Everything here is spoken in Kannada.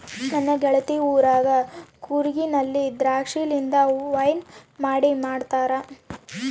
ನನ್ನ ಗೆಳತಿ ಊರಗ ಕೂರ್ಗಿನಲ್ಲಿ ದ್ರಾಕ್ಷಿಲಿಂದ ವೈನ್ ಮಾಡಿ ಮಾಡ್ತಾರ